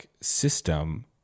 system